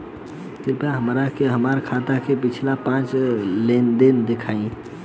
कृपया हमरा के हमार खाता के पिछला पांच लेनदेन देखाईं